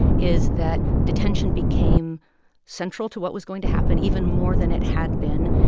is that detention became central to what was going to happen even more than it had been,